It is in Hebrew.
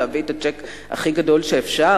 להביא את הצ'ק הכי גדול שאפשר?